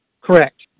Correct